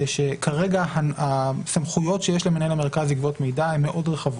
כרגע הסמכויות שיש למנהל המרכז לגבות מידע הן מאוד רחבות,